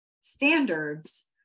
standards